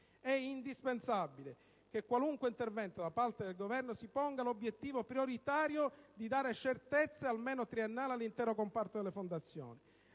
È indispensabile che qualunque intervento da parte del Governo si ponga l'obiettivo prioritario di dare certezza almeno triennale all'intero comparto delle fondazioni: